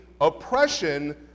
oppression